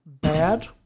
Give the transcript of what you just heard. bad